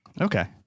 Okay